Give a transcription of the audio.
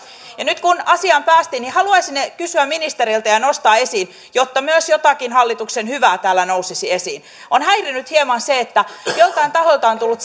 nyt kun asiaan päästiin niin haluaisin kysyä ministeriltä ja nostaa esiin jotta myös jotakin hallituksen hyvää täällä nousisi esiin on häirinnyt hieman se että joiltain tahoilta on tullut